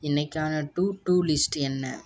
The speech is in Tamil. இன்றைக்கான டு டூ லிஸ்ட் என்ன